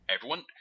Everyone-